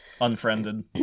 Unfriended